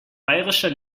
bayerischer